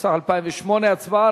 התשס"ח 2008. הצבעה,